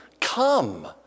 come